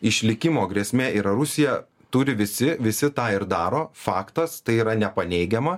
išlikimo grėsmė yra rusija turi visi visi tą ir daro faktas tai yra nepaneigiama